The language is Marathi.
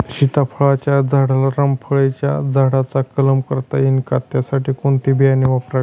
सीताफळाच्या झाडाला रामफळाच्या झाडाचा कलम करता येईल का, त्यासाठी कोणते बियाणे वापरावे?